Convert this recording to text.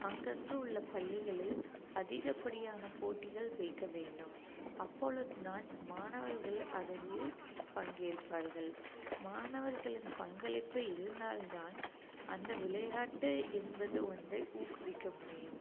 அங்கங்கு உள்ள பள்ளிகளில் அதிகப்படியான போட்டிகள் வைக்க வேண்டும் அப்பொழுது தான் மாணவர்கள் அதிலில் பங்கேற்பார்கள் மாணவர்களின் பங்களிப்பு இருந்தால் தான் அந்த விளையாட்டு என்பது ஒன்றை ஊக்குவிக்க முடியும்